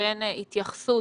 שלגביהן ביקשנו התייחסות,